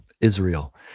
Israel